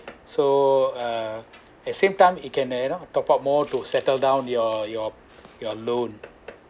so uh at same time it can you know top up more to settle down your your your loan